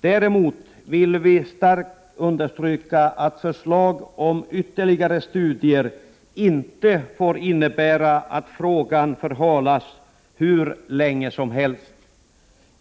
Däremot vill vi starkt understryka att förslag om ytterligare studier inte får innebära att frågan förhalas hur länge som helst.